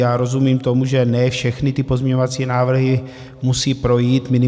Já rozumím tomu, že ne všechny ty pozměňovací návrhy musí projít.